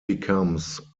becomes